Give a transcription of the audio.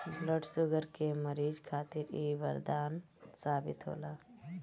blood sugar के मरीज खातिर इ बरदान साबित होला